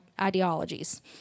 ideologies